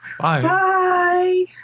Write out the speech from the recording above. Bye